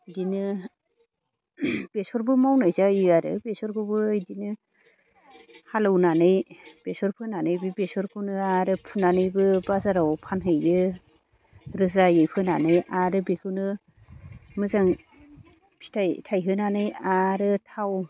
बिदिनो बेसरबो मावनाय जायो आरो बेसरखौबो बिदिनो हालौनानै बेसर फोनानै बे बेसरखौनो आरो फुनानैबो बाजाराव फानहैयो रोजायै फोनानै आरो बेखौनो मोजां फिथाइ थायहोनानै आरो थाव